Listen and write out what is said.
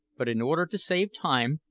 but in order to save time,